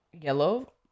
yellow